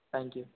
thank you